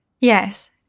Yes